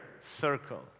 circle